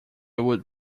would